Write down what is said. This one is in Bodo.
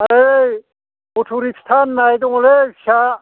बै उथ'रिक्ता होननाय दङलै फिसा